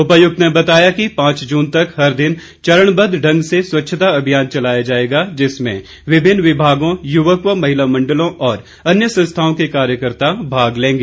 उपायुक्त ने बताया कि पांच जून तक हर दिन चरणबद्ध ढंग से स्वच्छता अभियान चलाया जाएगा जिसमें विभिन्न विभागों युवक व महिला मंडलों और अन्य संस्थाओं के कार्यकर्ता भाग लेंगे